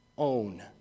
own